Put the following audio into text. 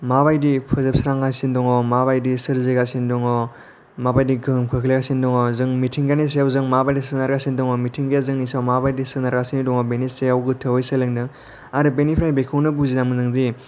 माबायदियै फोजोबस्रांगासिनो दङ माबायदियै सोरजिगासिनो दङ माबायदियै गोहोम खोख्लैगासिनो दङ जों मिथिंगानि सायाव जों माबायदि सोनारगासिनो दङ मिथिंगाया जोंनि सायाव माबायदि सोनारगासिनो दङ बेनि गोथौयै सोलोंदों आरो बेनिफ्राय बेखौनो बुजिना मोनो दि